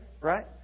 right